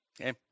okay